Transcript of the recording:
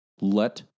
Let